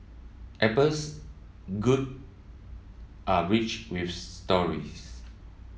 Apple's goods are rich with stories